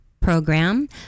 program